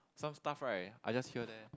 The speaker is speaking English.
some stuff right I just hear there